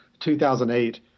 2008